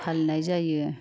फालिनाय जायो